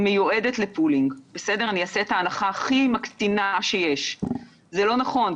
מיועדת לפולינג אני אעשה את ההנחה הכי מקטינה שיש זה לא נכון,